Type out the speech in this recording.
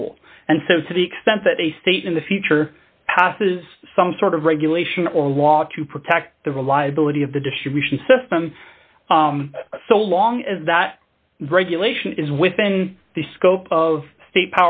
rule and so to the extent that a state in the future passes some sort of regulation or law to protect the reliability of the distribution system so long as that regulation is within the scope of state